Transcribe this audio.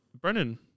Brennan